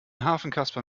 hafenkasper